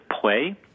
play